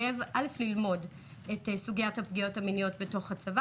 ללמוד את סוגיית הפגיעות המיניות בתוך הצבא,